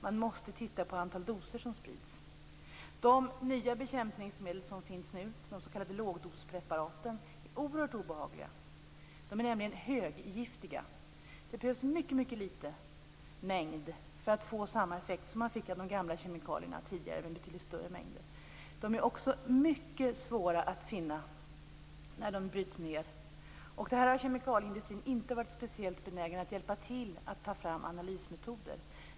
Man måste se på det antal doser som sprids. De nya bekämpningsmedel som finns nu, de s.k. lågdospreparaten är oerhört obehagliga. De är nämligen höggiftiga. Det behövs en mycket, mycket liten mängd för att uppnå samma effekt som de gamla kemikalierna gav tidigare med betydligt större mängder. De är också mycket svåra att finna när de bryts ned. Här har kemikalieindustrin inte varit särskilt benägen att hjälpa till med att ta fram analysmetoder.